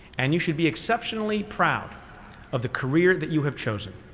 and you should be exceptionally proud of the career that you have chosen.